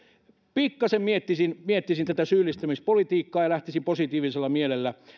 pikkasen miettisin miettisin tätä syyllistämispolitiikkaa ja lähtisin liikkeelle positiivisella mielellä